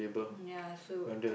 ya so